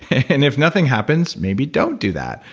and if nothing happens, maybe don't do that.